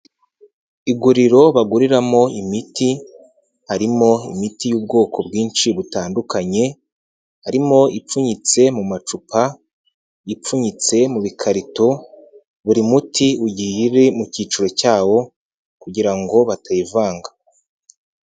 Iguriro baguriramo imiti harimo imiti y'ubwoko bwinshi butandukanye, harimo ipfunyitse mu macupa, ipfunyitse mu bikarito, buri muti ugiye ure mu cyiciro cyawo kugira ngo batayivanga.